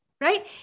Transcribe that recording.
Right